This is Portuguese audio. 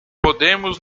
podemos